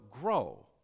grow